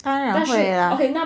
当然会 ah